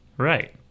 Right